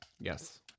Yes